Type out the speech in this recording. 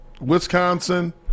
Wisconsin